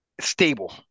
stable